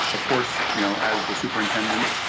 of course, you know as the superintendent